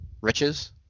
riches